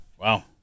Wow